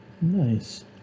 Nice